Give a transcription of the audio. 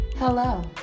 hello